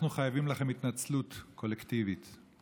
אנחנו חייבים לכם התנצלות קולקטיבית על